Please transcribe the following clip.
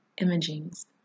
imagings